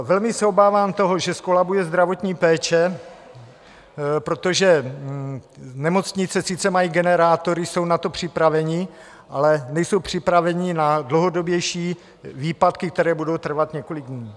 Velmi se obávám toho, že zkolabuje zdravotní péče, protože nemocnice sice mají generátory, jsou na to připraveny, ale nejsou připraveny na dlouhodobější výpadky, které budou trvat několik dní.